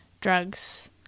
drugs